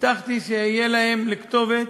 הבטחתי שאהיה להם לכתובת,